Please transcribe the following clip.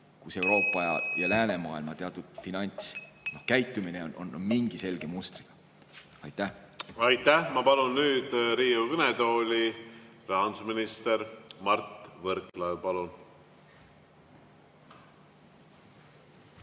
kus Euroopa ja läänemaailma teatud finantskäitumine on mingi selge mustriga? Aitäh! Aitäh! Ma palun nüüd Riigikogu kõnetooli rahandusminister Mart Võrklaeva.